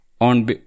on